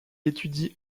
étudie